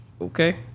Okay